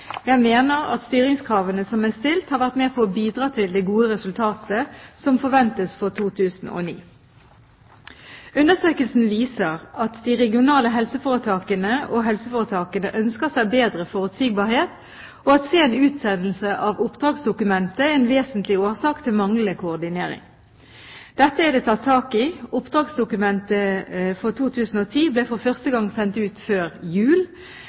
Jeg mener at styringskravene som er stilt, har vært med på å bidra til det gode resultatet som forventes for 2009. Undersøkelsen viser at de regionale helseforetakene og helseforetakene ønsker seg bedre forutsigbarhet, og at sen utsendelse av oppdragsdokumentet er en vesentlig årsak til manglende koordinering. Dette er det tatt tak i. Oppdragsdokumentet for 2010 ble for første gang sendt ut før jul